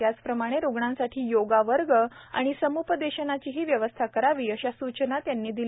त्याचप्रमाणे रुग्णांसाठी योगा वर्ग आणि सम्पदेशनाचीही व्यवस्था करावी अशा सूचना त्यांनी केल्या